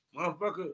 motherfucker